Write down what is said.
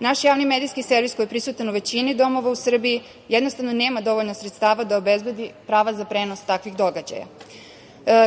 naš javni medijski servis, koji je prisutan u većini domova u Srbiji, jednostavno nema dovoljno sredstava da obezbedi prava za prenos takvih događaja.